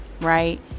right